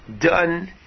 done